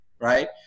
Right